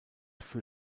für